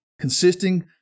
consisting